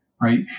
Right